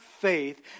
faith